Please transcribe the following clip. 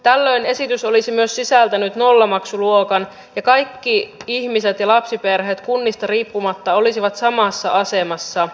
tällöin esitys olisi myös sisältänyt nollamaksuluokan ja kaikki ihmiset ja lapsiperheet kunnista riippumatta olisivat samassa asemassa